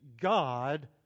God